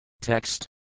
Text